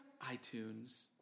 iTunes